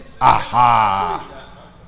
Aha